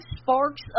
sparks